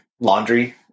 laundry